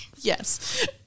Yes